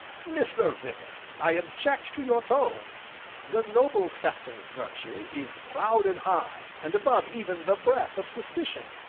mr. vibart, i object to your tone the noble sefton's virtue is proud and high, and above even the breath of suspicion.